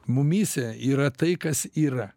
mumyse yra tai kas yra